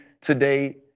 today